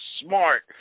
smart